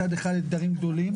מצד אחד, אתגרים גדולים.